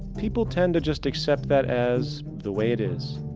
people tend to just accept that as the way it is,